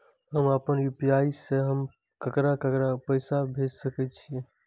हम आपन यू.पी.आई से हम ककरा ककरा पाय भेज सकै छीयै?